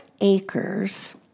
acres